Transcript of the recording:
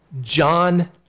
John